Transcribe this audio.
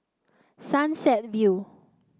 Sunset View